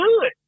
good